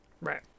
right